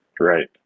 Right